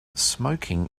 smoking